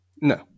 No